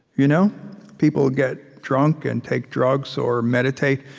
you know people get drunk and take drugs, or meditate,